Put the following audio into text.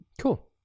Cool